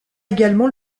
également